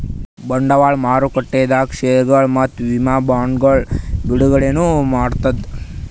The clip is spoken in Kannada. ಬಂಡವಾಳ್ ಮಾರುಕಟ್ಟೆದಾಗ್ ಷೇರ್ಗೊಳ್ ಮತ್ತ್ ವಿಮಾ ಬಾಂಡ್ಗೊಳ್ ಬಿಡುಗಡೆನೂ ಮಾಡ್ತದ್